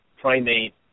primate